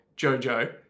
Jojo